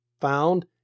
found